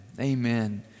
amen